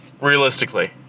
Realistically